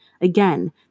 Again